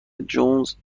جونز